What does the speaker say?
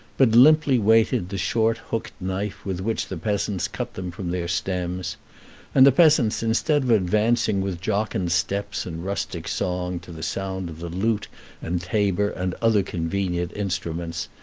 but limply waited the short hooked knife with which the peasants cut them from their stems and the peasants, instead of advancing with jocund steps and rustic song to the sound of the lute and tabor and other convenient instruments,